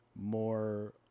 more